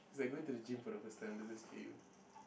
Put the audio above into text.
is like going to the gym for the first time does it scare you